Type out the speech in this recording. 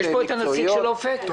נמצא כאן נציג "אופק"?